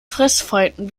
fressfeinden